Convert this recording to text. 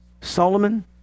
Solomon